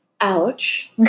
Ouch